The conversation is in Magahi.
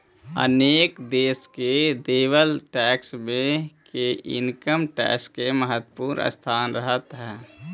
अनेक देश में देवल टैक्स मे के इनकम टैक्स के महत्वपूर्ण स्थान रहऽ हई